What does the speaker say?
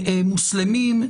מוסלמים,